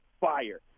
fire